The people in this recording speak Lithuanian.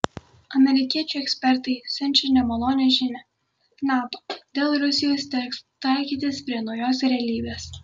amerikiečių ekspertai siunčia nemalonią žinią nato dėl rusijos teks taikytis prie naujos realybės